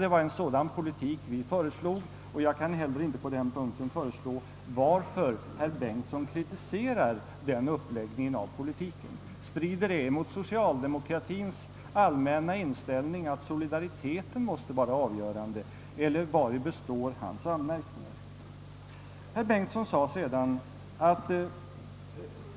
Det var en sådan politik vi föreslog, och jag kan inte heller på den punkten förstå, varför herr Bengtsson kritiserar vår uppläggning av politiken. Strider det mot socialdemokratiens allmänna inställning, att solidariteten är avgörande, eller vari består hans anmärkning? Herr Bengtsson sade sedan, att